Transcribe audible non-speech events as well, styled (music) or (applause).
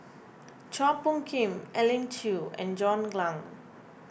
(noise) Chua Phung Kim Elim Chew and John Clang